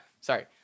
sorry